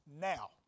now